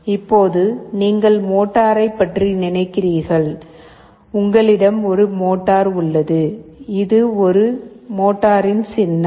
இப்போது நீங்கள் மோட்டாரைப் பற்றி நினைக்கிறீர்கள் உங்களிடம் ஒரு மோட்டார் உள்ளது இது ஒரு மோட்டரின் சின்னம்